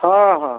ହଁ ହଁ